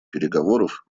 переговоров